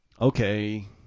Okay